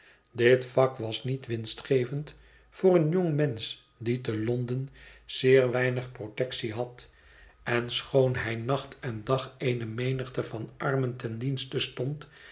dit vak was niet winstgevend voor een jongmensch die te londen zeer weinig protectie had en schoon hij nacht en dag eene menigte van armen ten dienste stond